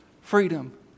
freedom